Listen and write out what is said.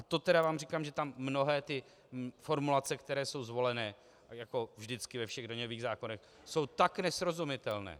To teda vám říkám, že mnohé formulace, které jsou zvolené, jako vždycky ve všech daňových zákonech, jsou tak nesrozumitelné...